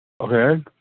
Okay